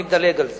אני מדלג על זה.